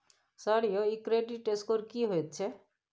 Sir यौ इ credit score की होयत छै?